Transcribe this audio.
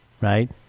Right